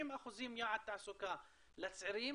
60% יעד תעסוקה לצעירים,